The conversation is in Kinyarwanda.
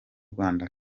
rwanda